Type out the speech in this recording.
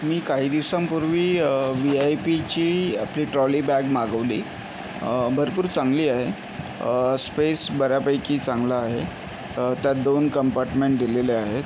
मी काही दिवसांपूर्वी V I पीची आपली ट्रॉली बॅग मागवली भरपूर चांगली आहे स्पेस बऱ्यापैकी चांगला आहे त्यात दोन कंपार्टमेंट दिलेले आहेत